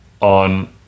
on